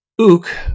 Ook